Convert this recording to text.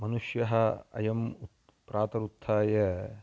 मनुष्यः अयम् उत प्रातरुत्थाय